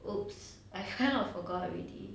!oops! I kind of forgot already